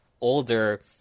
older